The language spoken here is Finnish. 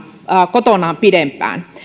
kotonaan pidempään